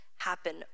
happen